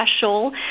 special